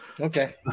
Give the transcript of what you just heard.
Okay